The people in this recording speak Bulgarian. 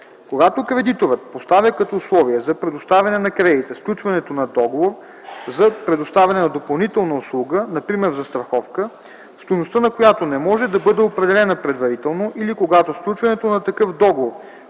Когато кредиторът поставя като условие за предоставяне на кредита сключването на договора за предоставяне на допълнителна услуга, например застраховка, стойността на която не може да бъде определена предварително, или когато сключването на такъв договор